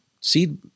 seed